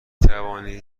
توانید